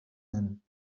nennen